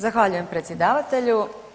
Zahvaljujem predsjedavatelju.